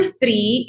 three